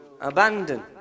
abandon